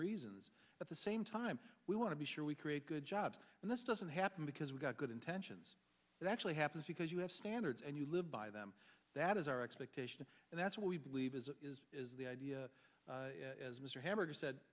reasons at the same time we want to be sure we create good jobs and this doesn't happen because we've got good intentions that actually happens because you have standards and you live by them that is our expectation and that's what we believe is the idea as mr hammer said